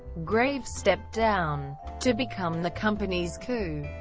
graves stepped down to become the company's coo.